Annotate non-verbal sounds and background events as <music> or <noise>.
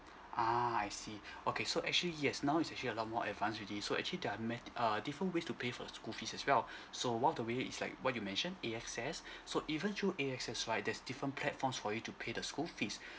ah I see <breath> okay so actually yes now is actually a lot more advance already so actually the mat~ err different ways to pay for the school fees as well <breath> so one of the way is like what you mentioned A_X_S <breath> so even through A_X_S right there's different platforms for you to pay the school fees